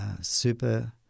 super